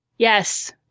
Yes